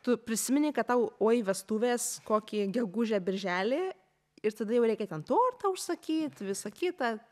tu prisimeni kad tau oi vestuvės kokį gegužę birželį ir tada jau reikia ten tortą užsakyt visa kita